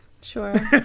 Sure